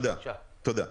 תודה.